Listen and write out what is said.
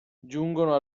giungono